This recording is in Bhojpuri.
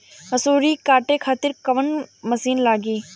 मसूरी काटे खातिर कोवन मसिन लागी?